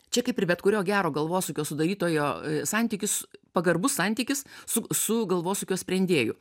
čia kaip ir bet kurio gero galvosūkio sudarytojo santykis pagarbus santykis su su galvosūkio sprendėju